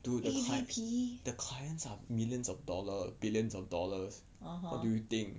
A_V_P (uh huh)